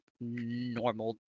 normal